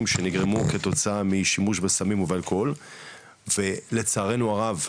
שנגרמו כתוצאה בשימוש בסמים ובאלכוהול ולצערנו הרב,